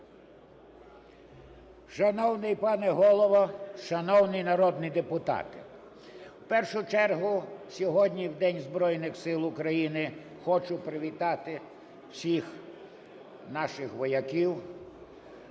Шановний пане Голово, шановні народні депутати! В першу чергу сьогодні в День Збройних Сил України хочу привітати всіх наших вояків,